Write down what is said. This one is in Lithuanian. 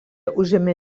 užėmė